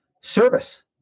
service